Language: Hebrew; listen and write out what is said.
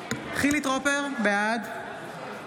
חילי טרופר, בעד